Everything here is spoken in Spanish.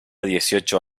dieciocho